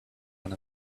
one